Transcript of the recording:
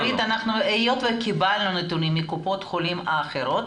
דורית, היות שקיבלנו נתונים מקופות החולים האחרות